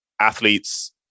athletes